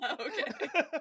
Okay